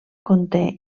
conté